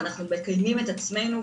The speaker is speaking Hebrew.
ואנחנו מקימים את עצמנו,